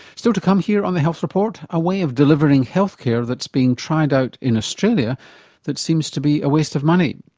still to come here on the health report a way of delivering health care that's being tried out in australia that seems to be a waste of money.